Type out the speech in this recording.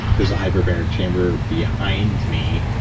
there's a hyperbaric chamber behind me.